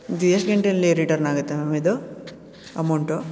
ಇದು ಎಷ್ಟು ಗಂಟೆಯಲ್ಲಿ ರಿಟನ್ನಾಗುತ್ತೆ ಮ್ಯಾಮ್ ಇದು ಅಮೌಂಟು